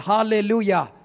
Hallelujah